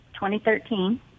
2013